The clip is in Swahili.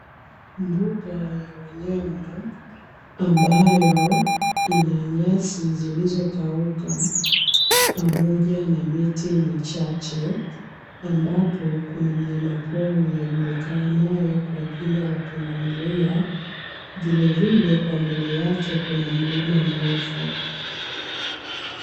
Mbuga ya wanyama ambayo ina nyasi zilizokauka pamoja na miti michache ambapo kuna mnyama pori yajulikana naye kwa jina la punda milia vilevile kwa mbele yake kuna mlima mrefu.